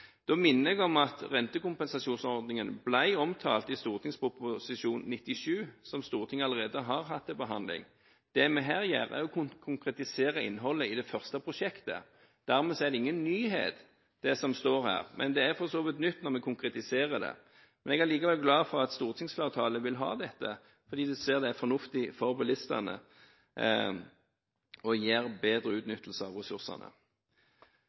Da minner jeg om at rentekompensasjonsordningen ble omtalt i Prop. 97 S, som Stortinget allerede har hatt til behandling. Det vi her gjør, er å konkretisere innholdet i det første prosjektet. Dermed er det ingen nyhet det som står her, men det er for så vidt nytt når vi konkretiserer det. Jeg er likevel glad for at stortingsflertallet vil ha dette, fordi de ser det er fornuftig for bilistene og gir en bedre utnyttelse av ressursene.